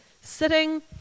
sitting